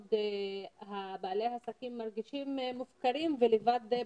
בעלי העסקים מרגישים מופקרים ולבד בשטח,